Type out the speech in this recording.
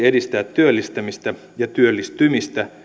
edistää työllistämistä ja työllistymistä